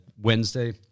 Wednesday